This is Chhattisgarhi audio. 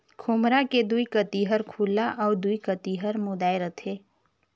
खोम्हरा के दुई कती हर खुल्ला अउ दुई कती हर मुदाए रहथे